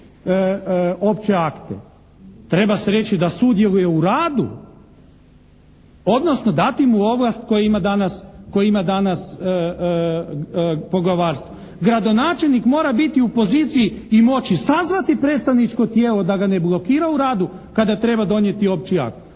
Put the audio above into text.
opće akte. Treba se reći da sudjeluje u radu odnosno dati mu ovlast koju ima danas poglavarstvo. Gradonačelnik mora biti u poziciji i moći sazvati predstavničko tijelo da ga ne blokira u radu kada treba donijeti opći akt